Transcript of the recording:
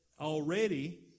already